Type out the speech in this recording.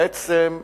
בעצם,